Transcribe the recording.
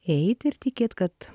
eit ir tikėt kad